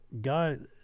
God